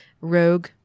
Rogue